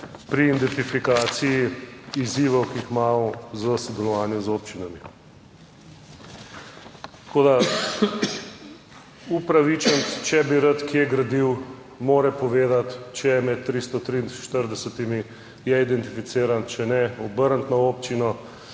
pri identifikaciji izzivov, ki jih imamo v sodelovanju z občinami. Tako da upravičenec, če bi rad kje gradil, mora povedati, če je med 343 je identificiran, če ne obrniti na občino.